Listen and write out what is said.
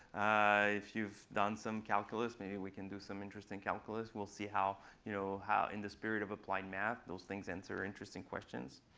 ah if you've done some calculus, maybe we can do some interesting calculus. we'll see how you know how in the spirit of applied math those things answer interesting questions.